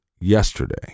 yesterday